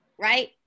right